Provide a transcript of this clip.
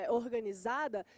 organizada